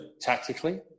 tactically